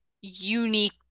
unique